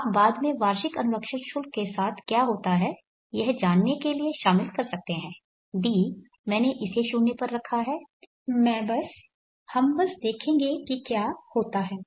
आप बाद में वार्षिक अनुरक्षण शुल्क के साथ क्या होता है यह जानने के लिए शामिल कर सकते हैं d मैंने इसे 0 पर रखा है मैं बस हम बस देखेंगे कि क्या होता है